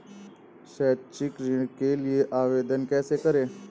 शैक्षिक ऋण के लिए आवेदन कैसे करें?